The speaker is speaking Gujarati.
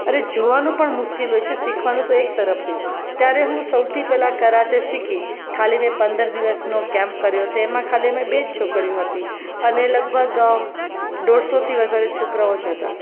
અરે જોવાનું પણ મુશ્કેલ હોય છે શીખવાનું તો એક તરફ રહ્યુંં ત્યારે હું સૌથી પહેલા કરાટે શીખી ખાલી મેં પંદર દિવસનો કેમ્પ કર્યો તેમાં ખાલી અમે બે જ છોકરીઓ હતી અને લગભગ દોઢસોથી વધારે છોકરાઓ જ હતા